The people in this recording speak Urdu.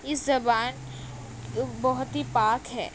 اس زبان بہت ہی پاک ہے